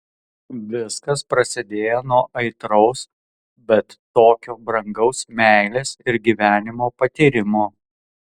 viskas prasidėjo nuo aitraus bet tokio brangaus meilės ir gyvenimo patyrimo